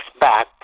back